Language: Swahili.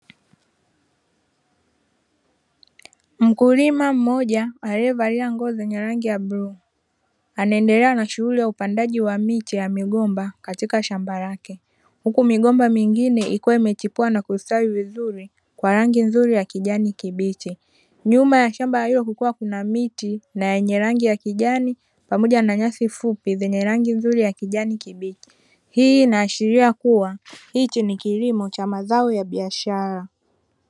Mkulima mmoja alive valia nguo zenye rangi ya bluu, anaendelea na shughuri ya upandaji wa miche ya migomba, katika shamba lake. Huku migomba mingine ikiwa imechipua na kustawi vizuri kwa rangi nzuri ya kijani kibichi. Nyuma ya shamba hilo kukiwa kuna miti na yenye rangi ya kijani pamoja na nyasi fupi zenye rangi nzuri ya kijani kibichi, hii inaashiria kuwa hichi ni kilimo cha mazao ya biashara.